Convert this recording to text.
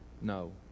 no